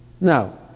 Now